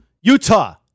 Utah